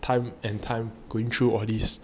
time and time going through all this